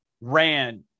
ran